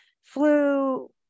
flu